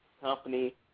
company